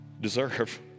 deserve